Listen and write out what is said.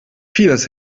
vieles